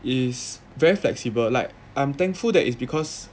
is very flexible like I'm thankful that is because